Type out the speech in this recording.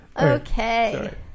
Okay